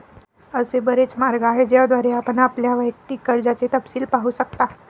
असे बरेच मार्ग आहेत ज्याद्वारे आपण आपल्या वैयक्तिक कर्जाचे तपशील पाहू शकता